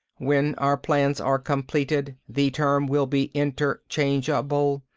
when our plans are completed, the term will be interchangeable.